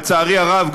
לצערי הרב,